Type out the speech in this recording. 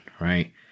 right